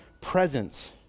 presence